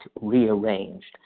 rearranged